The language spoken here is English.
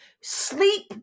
sleep